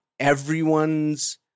everyone's